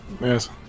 yes